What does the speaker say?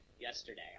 yesterday